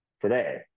today